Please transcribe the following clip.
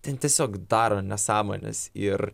ten tiesiog daro nesąmones ir